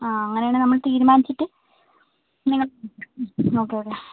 ആ അങ്ങനെ ആണെങ്കിൽ നമ്മൾ തീരുമാനിച്ചിട്ട് നിങ്ങളെ ഓക്കെ ഓക്കെ